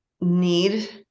need